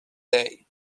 day